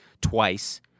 twice